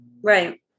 Right